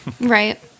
right